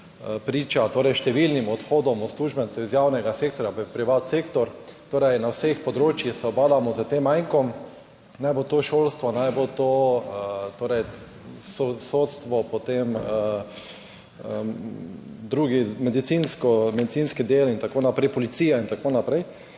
priča torej številnim odhodom uslužbencev iz javnega sektorja v privat sektor. Torej na vseh področjih se ubadamo s tem mankom, naj bo to šolstvo, naj bo to torej sodstvo, potem drugi, medicinsko medicinski del, in tako naprej, policija in tako naprej.